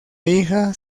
hija